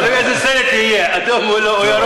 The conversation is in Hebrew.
תלוי איזה סרט יהיה, אדום או ירוק.